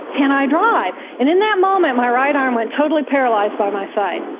can i drive? and in that moment my right arm went totally paralysed by my side.